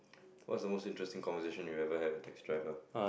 what's the most interesting conversation you ever have with taxi driver